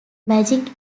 magic